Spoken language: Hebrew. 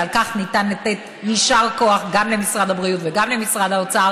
ועל כך ניתן לתת יישר כוח גם למשרד הבריאות וגם למשרד האוצר